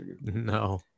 No